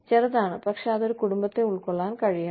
ചെറുതാണ് പക്ഷേ അത് ഒരു കുടുംബത്തെ ഉൾക്കൊള്ളാൻ കഴിയണം